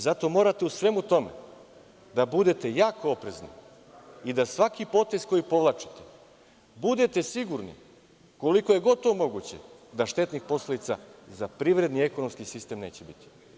Zato morate u svemu tome da budete jako oprezni i da svaki potez koji povlačite budete sigurni, koliko je god to moguće, da štetnih posledica za privredni i ekonomski sistem neće biti.